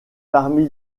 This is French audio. parmi